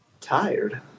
Tired